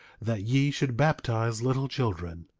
that ye should baptize little children.